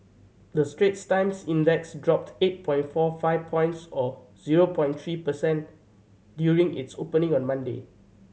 the Straits Times Index dropped eight point four five points or zero point three per cent during its opening on Monday